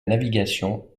navigation